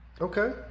okay